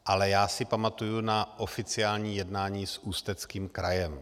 Ale já si pamatuji na oficiální jednání s Ústeckým krajem.